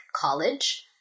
college